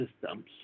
systems